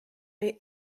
may